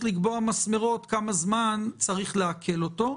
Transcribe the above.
לקבוע מסמרות כמה זמן צריך לעכל אותו.